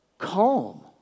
calm